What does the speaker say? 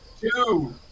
two